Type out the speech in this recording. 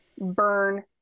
burn